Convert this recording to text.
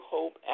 Hope